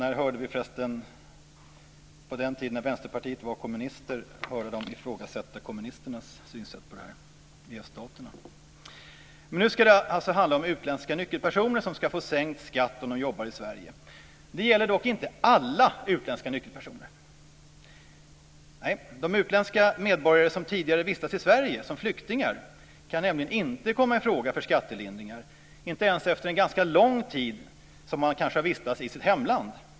När hörde vi förresten Vänsterpartiet, på den tiden när det var kommunistiskt, ifrågasätta det synsätt som kommunisterna i öststaterna hade? Utländska nyckelpersoner ska nu alltså få sänkt skatt när de jobbar i Sverige. Det gäller dock inte alla utländska nyckelpersoner. De utländska medborgare som tidigare vistats i Sverige som flyktingar kan nämligen inte komma i fråga för skattelindringar, inte ens efter att under en ganska lång tid ha vistats i sitt hemland.